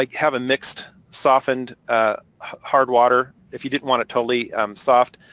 like have a mixed softened hard water, if you didn't want it totally soft,